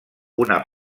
una